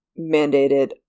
mandated